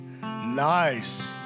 Nice